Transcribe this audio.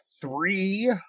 three